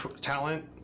talent